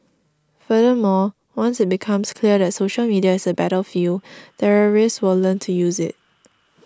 furthermore once it becomes clear that social media is a battlefield terrorists will learn to use it